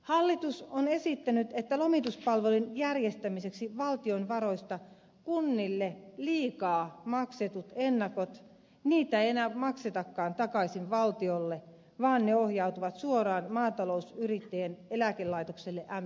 hallitus on esittänyt että lomituspalveluiden järjestämiseksi valtion varoista kunnille liikaa maksettuja ennakoita ei enää maksetakaan takaisin valtiolle vaan ne ohjautuvat suoraan maatalousyrittäjien eläkelaitokselle melalle